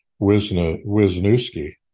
Wisniewski